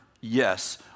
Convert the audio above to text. Yes